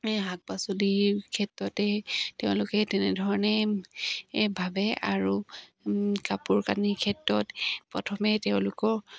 শাক পাচলিৰ ক্ষেত্ৰতেই তেওঁলোকে তেনেধৰণে ভাবে আৰু কাপোৰ কানিৰ ক্ষেত্ৰত প্ৰথমে তেওঁলোকৰ